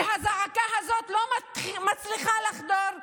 והזעקה הזאת לא מצליחה לחדור לתוכם,